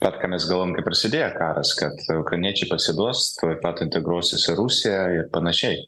vat ką mes galvojom kai prasidėjo karas kad ukrainiečiai pasiduos tuoj pat integruosis į rusiją ir panašiai